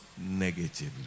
negatively